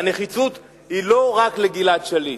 והנחיצות היא לא רק לגלעד שליט.